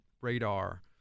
radar